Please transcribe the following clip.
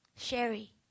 Sherry